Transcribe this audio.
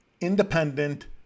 independent